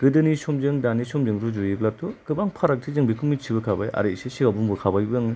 गोदोनि समजों दानि समजों रुजुयोब्लाथ' गोबां फारागथि जों बेखौ मिन्थिबोखाबाय आरो एसे सिगाङाव बुंबोखाबायबो आङो